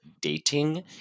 dating